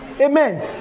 Amen